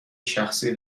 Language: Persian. شخصی